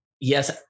yes